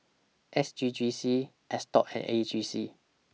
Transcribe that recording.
S G G C At stop had A G C